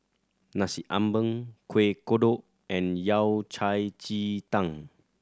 Nasi Ambeng Kueh Kodok and Yao Cai ji tang